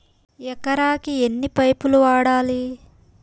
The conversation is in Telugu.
ఎకరాకి ఎన్ని పైపులు వాడాలి?